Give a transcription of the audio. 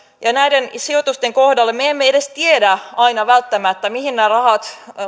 ja näiden sijoitusten kohdalla me emme edes tiedä aina välttämättä mihin nämä rahat